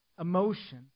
emotion